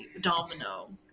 domino